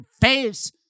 face